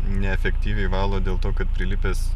neefektyviai valo dėl to kad prilipęs